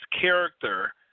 character